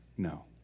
No